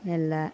ಎಲ್ಲ